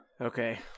Okay